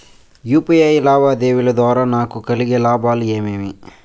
UPI లావాదేవీల ద్వారా నాకు కలిగే లాభాలు ఏమేమీ?